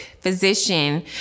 physician